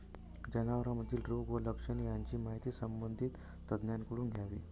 जनावरांमधील रोग व लक्षणे यांची माहिती संबंधित तज्ज्ञांकडून घ्यावी